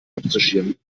abzuschirmen